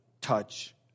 touch